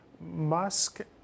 Musk